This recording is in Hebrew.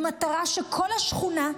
במטרה שכל השכונה,